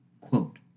quote